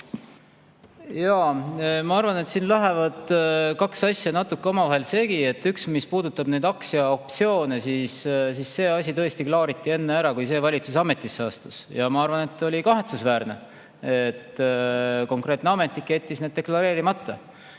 Ei! Ma arvan, et siin lähevad kaks asja natuke omavahel segi. Üks puudutab neid aktsiaoptsioone ja see asi tõesti klaariti ära enne, kui see valitsus ametisse astus. Ma arvan, et oli kahetsusväärne, et konkreetne ametnik jättis need huvid deklareerimata.